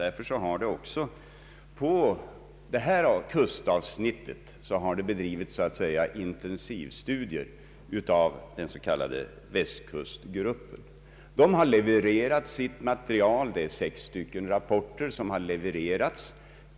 Därför har också på detta kustavsnitt bedrivits intensivstudier av den s.k. Västkustgruppen. Den har levererat ett material, sex rapporter.